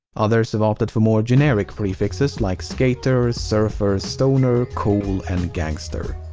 others have opted for more generic prefixes like skater, surfer, stoner, cool, and gangster.